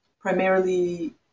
primarily